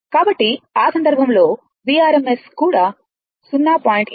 కాబట్టి ఆ సందర్భంలో Vrms కూడా 0